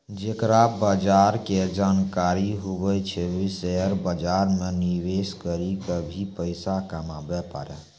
जेकरा बजार के जानकारी हुवै छै वें शेयर बाजार मे निवेश करी क भी पैसा कमाबै पारै